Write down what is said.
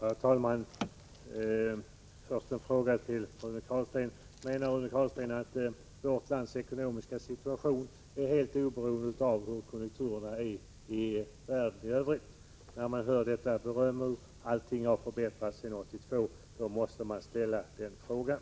Herr talman! Först en fråga till Rune Carlstein. Menar Rune Carlstein att vårt lands ekonomiska situation är helt oberoende av hurudana konjunkturerna är i världen i övrigt? När man hör detta beröm om hur allting har förbättrats sedan 1982 måste man ställa den frågan.